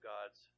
God's